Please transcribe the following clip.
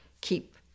keep